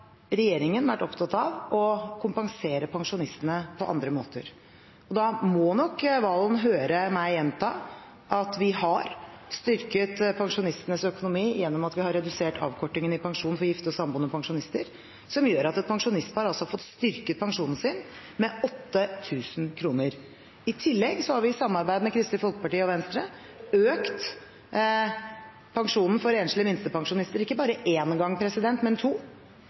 vært opptatt av å kompensere pensjonistene på andre måter. Da må nok Serigstad Valen høre meg gjenta at vi har styrket pensjonistenes økonomi gjennom at vi har redusert avkortingen i pensjon for gifte og samboende pensjonister, som gjør at et pensjonistpar har fått styrket pensjonen sin med 8 000 kr. I tillegg har vi i samarbeid med Kristelig Folkeparti og Venstre økt pensjonen for enslige minstepensjonister ikke bare én gang, men to.